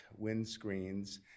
windscreens